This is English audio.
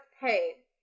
Hey